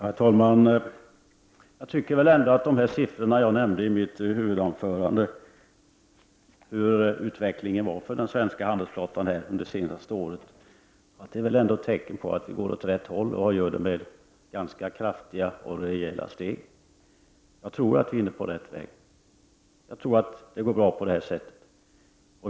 Herr talman! Jag tycker att de siffror som jag nämnde i mitt huvudanförande och som visar utvecklingen för den svenska handelsflottan under det senaste året, ändå är tecken på att vi med ganska kraftiga och rejäla steg är på väg mot rätt håll. Jag tror att vi är inne på rätt väg och att det kommer att gå bra.